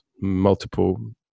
multiple